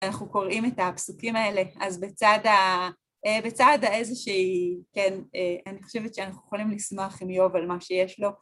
‫אנחנו קוראים את הפסוקים האלה, ‫אז בצד האיזשהי... ‫אני חושבת שאנחנו יכולים ‫לשמוח עם איוב על מה שיש לו.